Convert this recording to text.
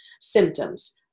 symptoms